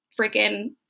freaking